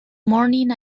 morning